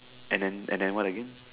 and then and then what again